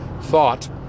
thought